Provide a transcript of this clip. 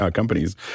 companies